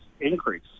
increase